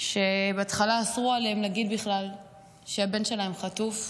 שבהתחלה אסרו עליהם להגיד בכלל שהבן שלהם חטוף,